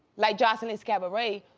like joseline's cabaret,